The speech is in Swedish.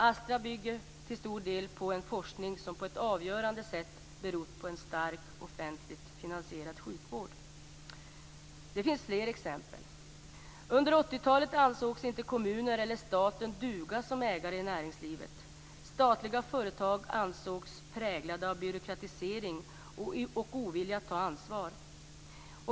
Astra bygger till stor del på en forskning som på ett avgörande sätt berott på en stark offentligt finansierad sjukvård. Det finns fler sådana exempel. Under 80-talet ansågs kommunerna och staten inte duga som ägare i näringslivet. Statliga företag ansågs präglade av byråkratisering och ovilja att ta ansvar.